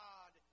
God